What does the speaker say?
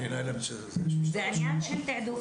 "זה עניין של תעדוף,